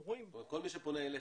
זאת אומרת, כל מי שפונה אליך.